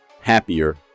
happier